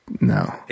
No